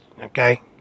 Okay